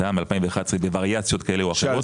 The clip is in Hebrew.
הייתה מ-2011 בווריאציות כאלה או אחרות.